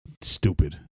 Stupid